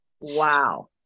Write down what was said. Wow